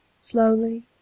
slowly